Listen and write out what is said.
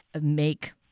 make